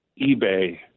ebay